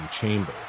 Chamber